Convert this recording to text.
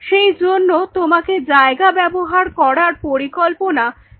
সেই জন্য তোমাকে জায়গা ব্যবহার করার পরিকল্পনা সঠিকভাবে করতে হবে